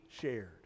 shared